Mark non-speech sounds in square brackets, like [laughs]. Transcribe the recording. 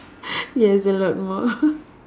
[laughs] yes a lot more [laughs]